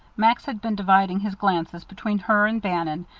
max had been dividing his glances between her and bannon,